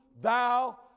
thou